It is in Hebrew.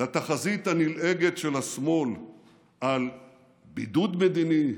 לתחזית הנלעגת של השמאל על בידוד מדיני,